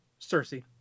Cersei